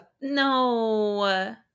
no